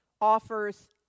offers